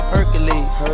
Hercules